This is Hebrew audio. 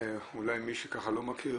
אולי מי שלא מכיר,